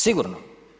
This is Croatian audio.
Sigurno.